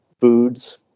foods